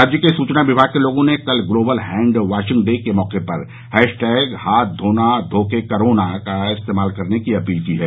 राज्य के सूचना विभाग ने लोगों से कल ग्लोबल हैंड वाशिंग डे के मौके पर हैश टैग हाथ धोना धो के करो ना का इस्तेमाल करने की अपील की है